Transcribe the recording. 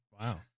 Wow